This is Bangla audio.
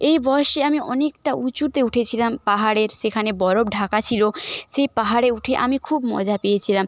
এই বয়সে আমি অনেকটা উঁচুতে উঠেছিলাম পাহাড়ের সেখানে বরফ ঢাকা ছিল সেই পাহাড়ে উঠে আমি খুব মজা পেয়েছিলাম